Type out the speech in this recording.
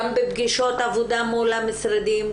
גם בפגישות עבודה מול המשרדים,